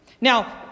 Now